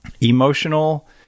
emotional